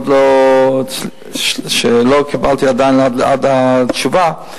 ולא קיבלתי עדיין תשובה.